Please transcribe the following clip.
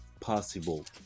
possible